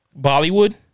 Bollywood